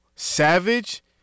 Savage